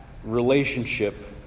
Relationship